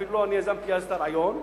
אפילו אני יזמתי אז את הרעיון,